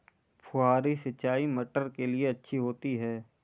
फुहारी सिंचाई मटर के लिए अच्छी होती है?